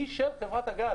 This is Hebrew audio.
היא של חברת הגז.